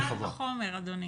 קל וחומר, אדוני.